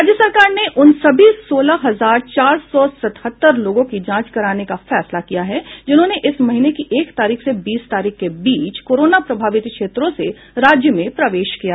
राज्य सरकार ने उन सभी सोलह हजार चार सौ सतहत्तर लोगों की जांच कराने का फैसला किया है जिन्होंने इस महीने की एक तारीख से बीस तारीख के बीच कोरोना प्रभावित क्षेत्रों से राज्य में प्रवेश किया है